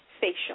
facial